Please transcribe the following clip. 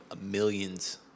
millions